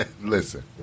listen